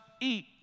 eat